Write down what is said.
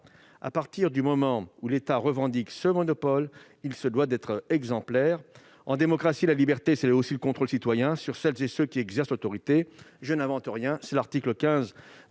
lors que l'État revendique ce monopole, il se doit d'être exemplaire. En démocratie, la liberté, c'est aussi le contrôle citoyen sur celles et ceux qui exercent l'autorité. Je n'invente rien : c'est l'article XV